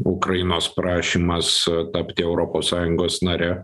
ukrainos prašymas tapti europos sąjungos nare